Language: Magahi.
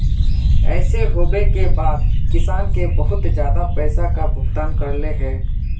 ऐसे होबे के बाद किसान के बहुत ज्यादा पैसा का भुगतान करले है?